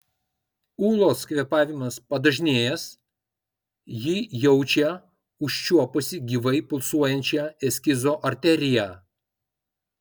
ūlos kvėpavimas padažnėjęs ji jaučia užčiuopusi gyvai pulsuojančią eskizo arteriją